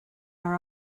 our